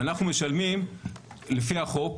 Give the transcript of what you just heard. אנחנו משלמים לפי החוק,